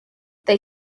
they